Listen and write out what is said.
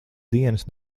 dienas